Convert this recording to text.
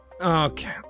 okay